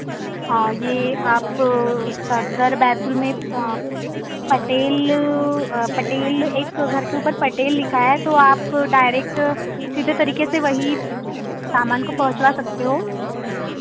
यह आप सदर बैतूल में प पटेल पटेल एक घर के ऊपर पटेल लिखा है तो आप डायरेक्ट सीधे तरीके से वही सामान को पहुँचवा सकते हो